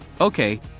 Okay